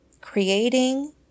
creating